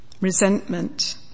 resentment